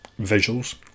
visuals